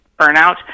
burnout